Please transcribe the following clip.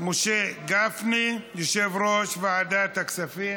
משה גפני, יושב-ראש ועדת הכספים.